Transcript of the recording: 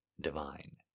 divine